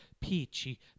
peachy